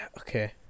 okay